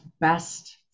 best